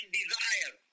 desire